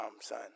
son